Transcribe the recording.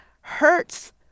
hurts